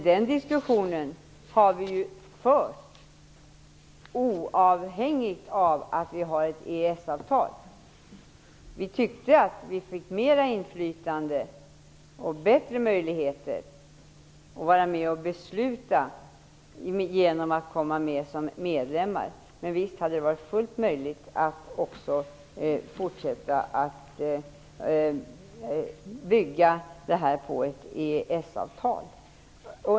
Den diskussionen har vi dock fört oberoende av att vårt land har ett EES-avtal. Vi tyckte att Sverige skulle få mera inflytande och bättre möjligheter att vara med i beslutsfattandet genom att komma med som medlem. Men visst hade det varit fullt möjligt att fortsätta att bygga på ett EES-avtal.